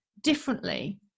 differently